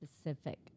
specific